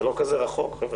משרד האוצר לא רחוק מכאן.